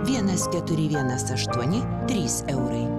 vienas keturi vienas aštuoni trys eurai